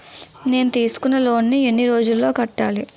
నేను తీసుకున్న లోన్ నీ ఎన్ని రోజుల్లో కట్టాలి?